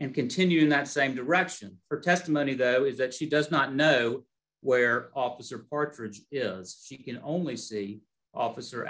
and continue in that same direction for testimony though is that she does not know where officer partridge as she can only see officer